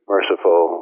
merciful